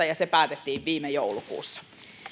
ja se päätettiin viime joulukuussa